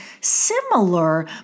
similar